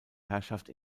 herrschaft